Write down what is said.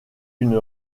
une